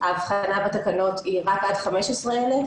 ההבחנה בתקנות היא רק עד 15,000